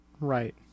right